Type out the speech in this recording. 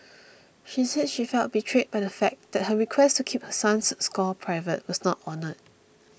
she said she felt betrayed by the fact that her request to keep her son's score private was not honoured